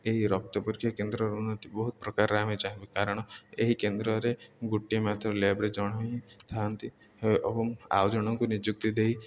ଏହି ରକ୍ତ ପରୀକ୍ଷା କେନ୍ଦ୍ରର ଉନ୍ନତି ବହୁତ ପ୍ରକାରର ଆମେ ଚାହିଁବୁ କାରଣ ଏହି କେନ୍ଦ୍ରରେ ଗୋଟିଏ ମାତ୍ର ଲ୍ୟାବ୍ରେ ଜଣେ ହିଁ ଥାନ୍ତି ଏବଂ ଆଉ ଜଣଙ୍କୁ ନିଯୁକ୍ତି ଦେଇ